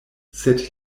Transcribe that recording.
sed